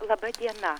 laba diena